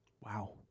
Wow